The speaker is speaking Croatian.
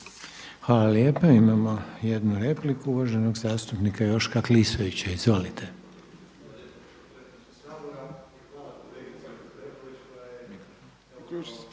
Hvala lijepa. Imamo jednu repliku uvaženog zastupnika Mire Bulja. **Bulj,